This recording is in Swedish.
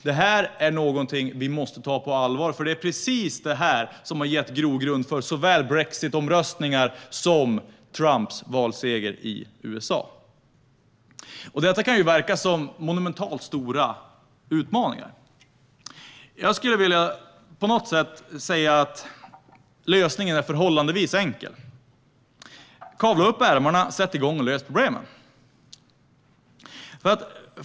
Detta är någonting vi måste ta på allvar, för det är precis sådant som har varit grogrund för såväl brexitomröstningar som Trumps valseger i USA. Det kan verka som att dessa utmaningar är monumentalt stora. Jag skulle på något sätt vilja säga att lösningen är förhållandevis enkel: Kavla upp ärmarna och sätt igång att lösa problemen!